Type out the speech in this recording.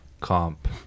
Comp